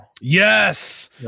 Yes